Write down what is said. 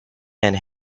and